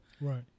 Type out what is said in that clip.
Right